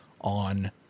on